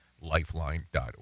lifeline.org